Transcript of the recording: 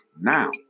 now